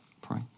pray